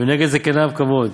ונגד זקניו כבוד'.